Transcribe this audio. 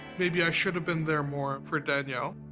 maybe i should have been there more for danielle,